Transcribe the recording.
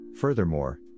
Furthermore